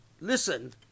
listen